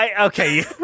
Okay